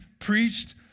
preached